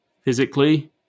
physically